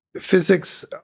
physics